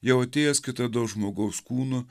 jau atėjęs kitados žmogaus kūnu